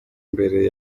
mbere